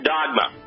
Dogma